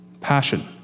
Passion